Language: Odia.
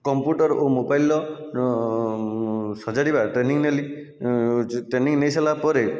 କମ୍ପ୍ୟୁଟର ଓ ମୋବାଇଲର ସଜାଡ଼ିବା ଟ୍ରେନିଂ ନେଲି ଟ୍ରେନିଂ ନେଇ ସାରିଲା ପରେ